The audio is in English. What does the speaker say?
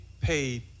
paid